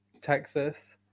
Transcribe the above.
Texas